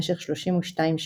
במשך 32 שנה.